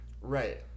Right